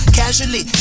casually